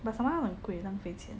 but summer house 很贵浪费钱